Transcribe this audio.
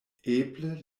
eble